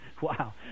Wow